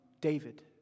David